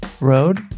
road